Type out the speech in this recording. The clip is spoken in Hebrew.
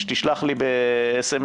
שתשלח לי ב-SMS,